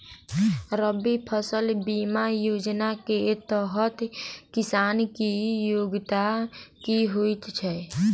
रबी फसल बीमा योजना केँ तहत किसान की योग्यता की होइ छै?